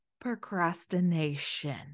procrastination